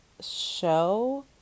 show